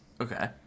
Okay